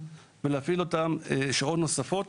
ולהפעיל אותן שעות נוספות